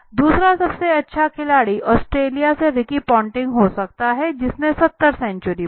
दूसरा सबसे अच्छा खिलाड़ी ऑस्ट्रेलिया से रिकी पॉन्टिंग हो सकता है जिसने 70 सेंचुरी बनाई